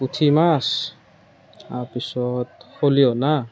পুঠি মাছ তাৰ পিছত খলিহনা